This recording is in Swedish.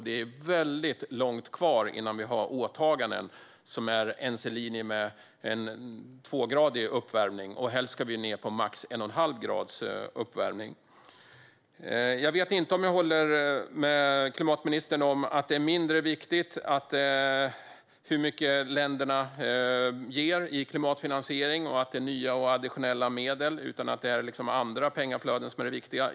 Det är väldigt långt kvar innan vi har åtaganden som ens är i linje med en tvågradig uppvärmning, och helst ska vi ju ned på max en och en halv grads uppvärmning. Jag vet inte om jag håller med klimatministern om att det är mindre viktigt hur mycket länderna ger i klimatfinansiering som nya och additionella medel och att det är andra pengaflöden som är det viktiga.